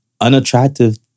unattractive